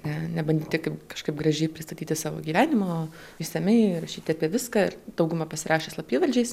ne nebandyti kaip kažkaip gražiai pristatyti savo gyvenimo išsamiai rašyti apie viską ir dauguma pasirašė slapyvardžiais